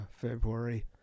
February